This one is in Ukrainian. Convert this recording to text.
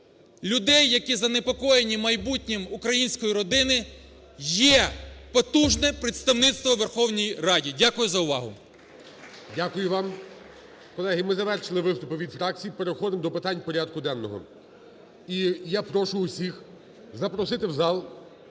людей, як і занепокоєні майбутнім української родини є потужне представництво у Верховній Раді. Дякую за увагу. (Оплески) ГОЛОВУЮЧИЙ. Дякую вам. Колеги, ми завершили виступи від фракцій, переходимо до питань порядку денного. І я прошу усіх запросити в зал